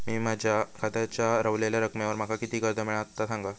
मी माझ्या खात्याच्या ऱ्हवलेल्या रकमेवर माका किती कर्ज मिळात ता सांगा?